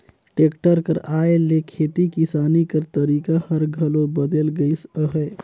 tractor कर आए ले खेती किसानी कर तरीका हर घलो बदेल गइस अहे